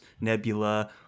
nebula